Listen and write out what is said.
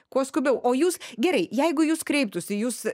kuo skubiau o jūs gerai jeigu į jus kreiptųsi jūs